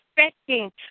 Expecting